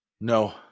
No